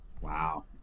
Wow